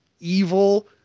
evil